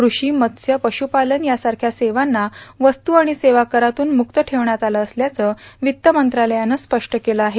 क्रषि मत्य पशुपालन यासारख्या सेवांना वस्तु आणि सेवा करातून मुक्त ठेवण्यात आलं असल्याचं वित्त मंत्रालयानं स्पष्ट केलं आहे